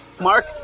Mark